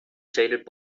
shaded